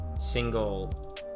single